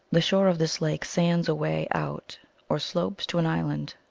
the shore of this lake sands away out or slopes to an island.